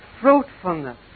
fruitfulness